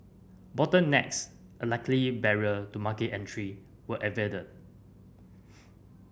bottlenecks a likely barrier to market entry were averted